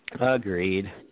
Agreed